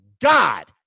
God